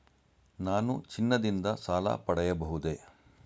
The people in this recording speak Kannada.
ನಾನು ಚಿನ್ನದಿಂದ ಸಾಲ ಪಡೆಯಬಹುದೇ?